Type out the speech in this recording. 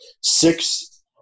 six